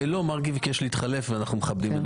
מרגי ביקש להתחלף ואנחנו מכבדים את בקשתו.